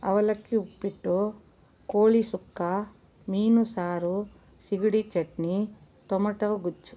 ಅವಲಕ್ಕಿ ಉಪ್ಪಿಟ್ಟು ಕೋಳಿ ಸುಕ್ಕ ಮೀನು ಸಾರು ಸಿಗಡಿ ಚಟ್ನಿ ಟೊಮಟೊ ಗೊಜ್ಜು